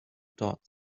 dots